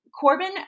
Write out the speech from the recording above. Corbin